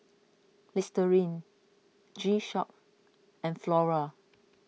Listerine G Shock and Flora